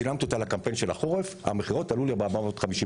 וצילמתי אותה לקמפיין החורף והמכירות עלו ב-450%.